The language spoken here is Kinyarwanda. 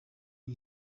iri